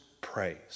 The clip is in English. praise